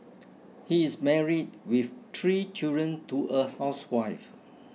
he is married with three children to a housewife